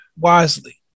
wisely